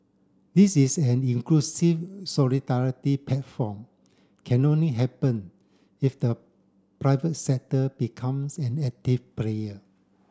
this is an inclusive solidarity platform can only happen if the private sector becomes an active player